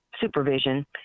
supervision